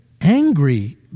angry